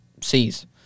sees